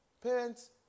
Parents